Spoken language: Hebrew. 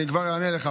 אני כבר אענה לך,